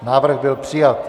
Návrh byl přijat.